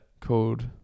Called